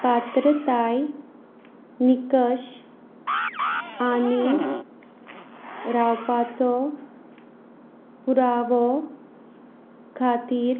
पात्रताय निकश आनी रावपाचो पुरावो खातीर